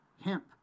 hemp